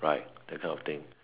right that kind of thing